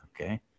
Okay